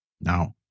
Now